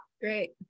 Great